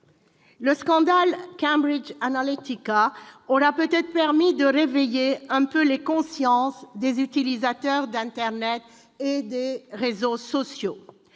Le scandale Cambridge Analytica aura sans doute permis de réveiller un peu les consciences des utilisateurs d'internet et des réseaux sociaux.